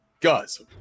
guys